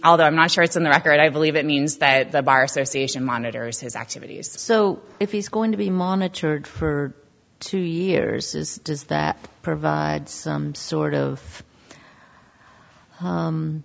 although i'm not sure it's on the record i believe it means that the bar association monitors his activities so if he's going to be monitored for two years is does that provide some sort of